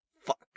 Fuck